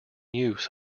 use